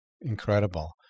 Incredible